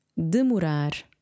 demorar